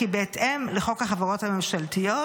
כי בהתאם לחוק החברות הממשלתיות,